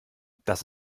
das